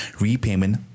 repayment